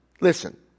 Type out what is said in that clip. Listen